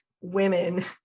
women